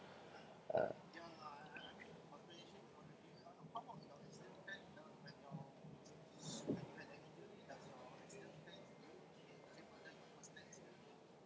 err